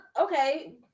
okay